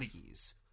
Please